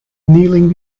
kneeling